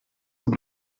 aber